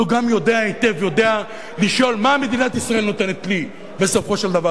אבל הוא גם יודע היטב לשאול: מה מדינת ישראל נותנת לי בסופו של דבר?